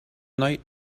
night